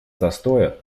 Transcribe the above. застоя